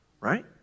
right